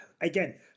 again